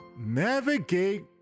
Navigate